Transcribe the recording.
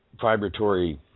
vibratory